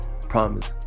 Promise